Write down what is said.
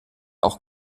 auch